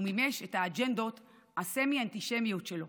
הוא מימש את האג'נדות הסמי-אנטישמיות שלו